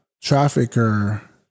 trafficker